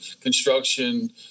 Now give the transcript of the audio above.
construction